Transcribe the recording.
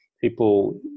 people